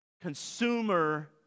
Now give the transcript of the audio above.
consumer